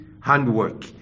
handwork